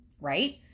right